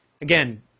Again